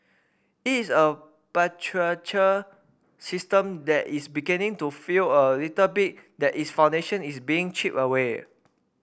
it is a patriarchal system that is beginning to feel a little bit that its foundation is being chipped away